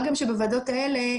מה גם שבוועדות האלה,